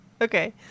Okay